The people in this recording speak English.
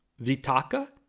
vitaka